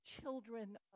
children